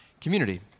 community